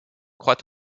croît